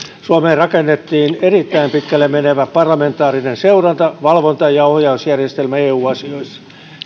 suomeen rakennettiin erittäin pitkälle menevä parlamentaarinen seuranta valvonta ja ohjausjärjestelmä eu asioissa